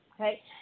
okay